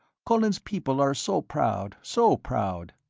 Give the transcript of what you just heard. colin's people are so proud, so proud.